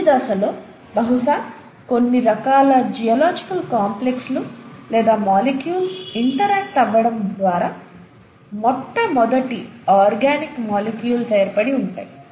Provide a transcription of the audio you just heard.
ఈ దశలోనే బహుశా కొన్ని రకాల జియోలాజికల్ కాంప్లెక్స్ లు లేదా మాలిక్యూల్స్ ఇంటరాక్ట్ అవ్వటం ద్వారా మొట్టమొదటి ఆర్గానిక్ మాలిక్యూల్స్ ఏర్పడి ఉంటాయి